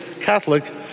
Catholic